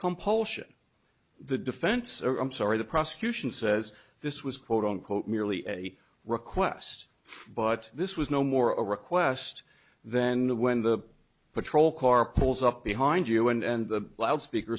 compulsion the defense i'm sorry the prosecution says this was quote unquote merely a request but this was no more a request then when the patrol car pulls up behind you and the loudspeaker